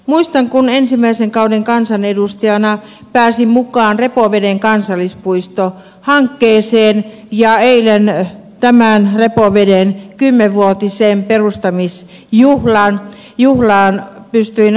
muistan kun ensimmäisen kauden kansanedustajana pääsin mukaan repoveden kansallispuistohankkeeseen ja eilen tämän kymmenvuotisen repoveden perustamisjuhlaan pystyin osallistumaan